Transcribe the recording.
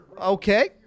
Okay